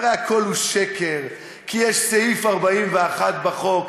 הרי הכול שקר, כי יש סעיף 41 בחוק.